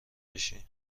بشین